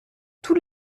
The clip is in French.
tous